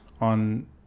on